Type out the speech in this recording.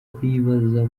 bibaza